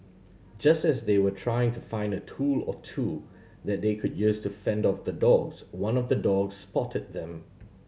just as they were trying to find a tool or two that they could use to fend off the dogs one of the dogs spotted them